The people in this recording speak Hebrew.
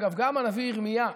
אגב, גם הנביא ירמיה,